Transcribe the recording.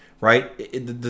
right